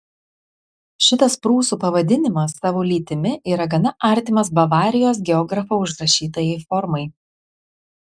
šitas prūsų pavadinimas savo lytimi yra gana artimas bavarijos geografo užrašytajai formai